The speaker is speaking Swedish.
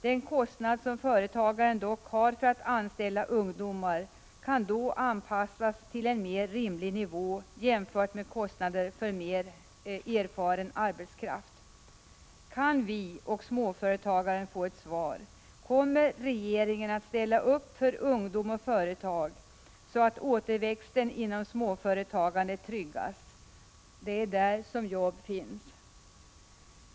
Den kostnad som företagaren dock har för att anställa ungdomar kan då anpassas till en mer rimlig nivå jämfört med kostnader för mer erfaren arbetskraft. Kan vi och småföretagaren få ett svar? Kommer regeringen att ställa upp för ungdom och företag, så att återväxten inom småföretagandet tryggas? Det är där som jobb finns.